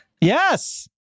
Yes